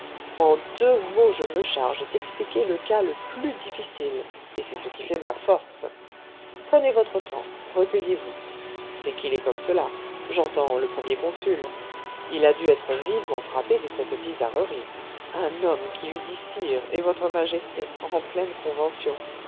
en deux mots je me charge d'expliquer le cas le plus difficile et c'est ce qui fait ma force prenez votre temps recueillez vous c'est qu'il est comme cela j'entends le premier consul il a dû être vivement frappé de cette bizarrerie un homme qui lui dit sire et votre majesté en pleine convention